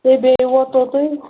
سُے بیٚیہِ ووت توٚتُے